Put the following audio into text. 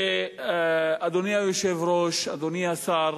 אדוני היושב-ראש, אדוני השר,